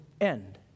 end